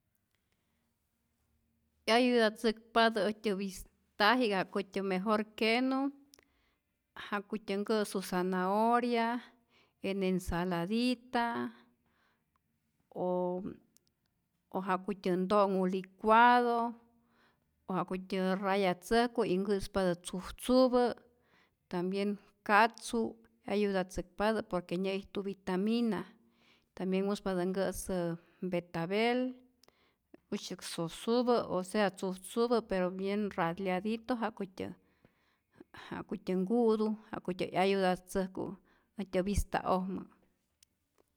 'Yayutatzäkpatä äjtyä vistaji'k ja'kutyä mejor kenu ja'kutyä nkä'su zanahoria en ensaladita o o ja'kutyä nto'nhu licuado o ja'kutyä rayatzäjku y nkä'spatä tzujtzupä, tambien katzu 'yayutatzäkpatä por que nyä'ijtu vitamina, tambien muspatä nkä'sä betabel, usyäk sosupä o tzujtzupä pero bien raleadito ja'kutyä ja'kutyä nku'tu ja'kutyä 'yayutatzäjku äjtyä vista'ojmä.